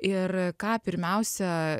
ir ką pirmiausia